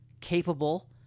capable